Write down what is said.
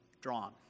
drawn